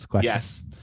Yes